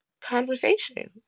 conversation